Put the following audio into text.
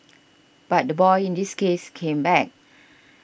but the boy in this case came back